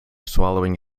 swallowing